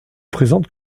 présente